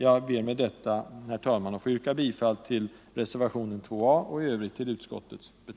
Jag ber med detta, herr talman, att få yrka bifall till reservationen 2 a och i övrigt till vad utskottet hemställt.